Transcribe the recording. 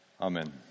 Amen